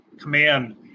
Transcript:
command